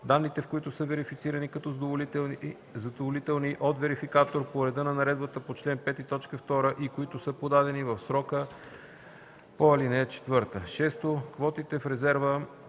данните в които са верифицирани като задоволителни от верификатор по реда на наредбата по чл. 5, т. 2 и които са подадени в срока по ал. 4. (6) Квотите в резерва,